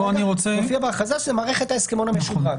פה מה שמופיע בהכרזה זה מערכת ההסכמון המשודרג.